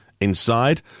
inside